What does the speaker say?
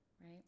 right